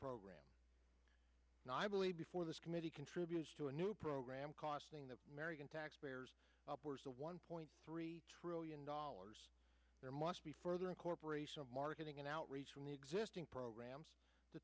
program i believe before this committee contributes to a new program costing the american taxpayers upwards of one point three trillion dollars there must be further incorporation of marketing and outreach from the existing programs t